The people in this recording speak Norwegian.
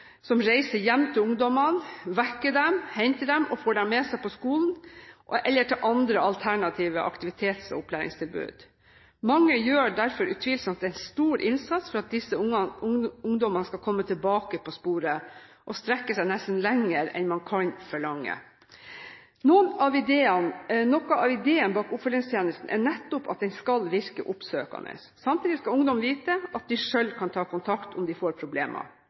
som reiser hjem til ungdommene og vekker dem, henter dem og får dem på skolen eller til andre alternative aktivitets- og opplæringstilbud. Mange gjør derfor utvilsomt en stor innsats for at disse ungdommene skal komme tilbake på sporet – de strekker seg nesten lenger enn man kan forlange. Noe av ideen bak oppfølgingstjenesten er nettopp at den skal virke oppsøkende. Samtidig skal ungdom vite at de selv kan ta kontakt om de får problemer.